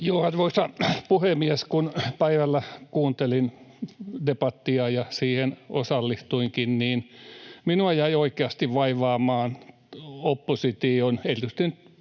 puhemies! Kun päivällä kuuntelin debattia ja siihen osallistuinkin, niin minua jäi oikeasti vaivaamaan opposition,